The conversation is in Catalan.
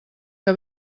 que